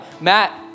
Matt